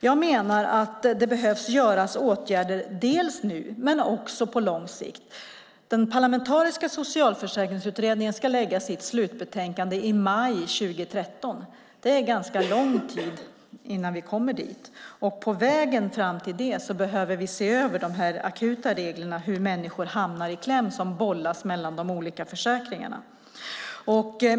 Jag menar att det behöver vidtas åtgärder dels nu men också på lång sikt. Den parlamentariska socialförsäkringsutredningen ska lägga fram sitt slutbetänkande i maj 2013. Det är ganska lång tid innan vi kommer dit, och på vägen fram till dess behöver vi se över de akuta reglerna och hur människor hamnar i kläm och bollas mellan de olika försäkringarna.